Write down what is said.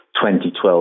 2012